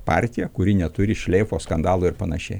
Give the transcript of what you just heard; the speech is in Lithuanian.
partiją kuri neturi šleifo skandalų ir panašiai